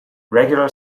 regular